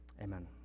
amen